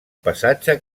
passatge